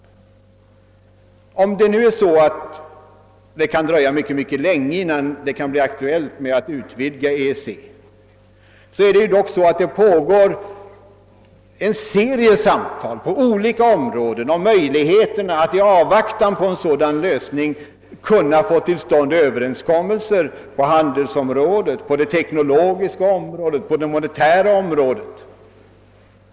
Om det skulle dröja mycket länge innan det kan bli aktuellt att utvidga EEC, pågår det dock en serie samtal på olika områden om möjligheterna att i avvaktan på en sådan lösning kunna få till stånd överenskommelser på handelsområdet, på det teknologiska området och på det monetära området.